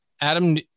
Adam